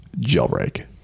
jailbreak